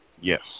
Yes